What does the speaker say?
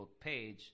page